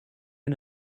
and